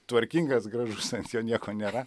tvarkingas gražus ant jo nieko nėra